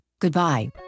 Goodbye